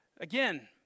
again